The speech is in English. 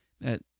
that-